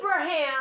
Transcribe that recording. Abraham